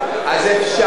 אז אפשר,